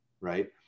right